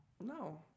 No